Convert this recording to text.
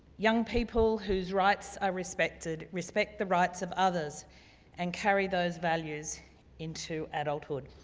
young people whose rights are respected, respect the rights of others and carry those values into adulthood.